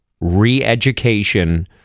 re-education